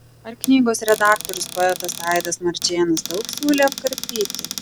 ar knygos redaktorius poetas aidas marčėnas daug siūlė apkarpyti